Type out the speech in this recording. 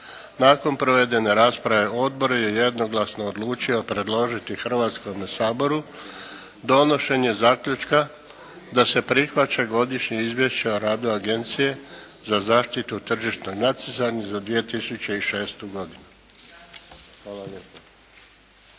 Nakon provedene rasprave odbor je jednoglasno odlučio predložiti Hrvatskome saboru donošenje zaključka da se prihvaća Godišnje izvješće o radu Agencije za zaštitu tržišnog natjecanja za 2006. godinu.